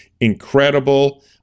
incredible